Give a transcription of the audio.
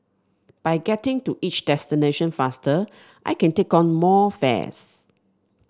by getting to each destination faster I can take on more fares